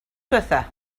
ddiwethaf